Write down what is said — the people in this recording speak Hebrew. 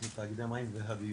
אנחנו תאגידי המים והביוב,